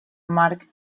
mark